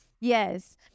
yes